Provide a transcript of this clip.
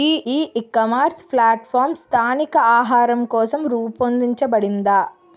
ఈ ecommerce platform స్థానిక ఆహారం కోసం రూపొందించబడిందా?